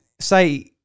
say